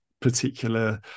particular